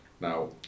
Now